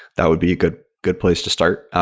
that would be a good good place to start,